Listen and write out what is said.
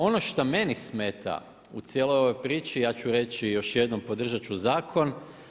Ono šta meni smeta u cijeloj ovoj priči, ja ću reći još jednom podržat ću zakon.